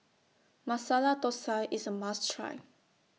Masala Thosai IS A must Try